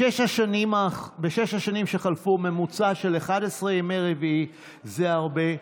בשש השנים שחלפו, ממוצע של 11 ימי רביעי, זה הרבה.